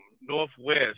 Northwest